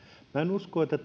minä en usko että